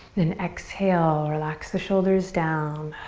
then exhale, relax the shoulders down.